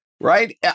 right